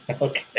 Okay